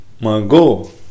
Mango